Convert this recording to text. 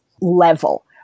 level